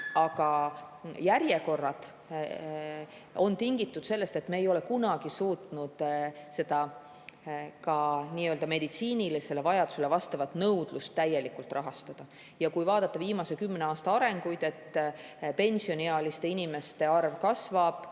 Aga järjekorrad on tingitud sellest, et me ei ole kunagi suutnud seda nii-öelda meditsiinilisele vajadusele vastavat nõudlust täielikult rahastada. Kui vaadata viimase kümne aasta arenguid, et pensioniealiste inimeste arv kasvab